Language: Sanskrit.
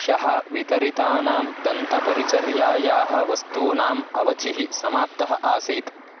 ह्यः वितरितानां दन्तपरिचर्यायाः वस्तूनाम् अवधिः समाप्तः आसीत्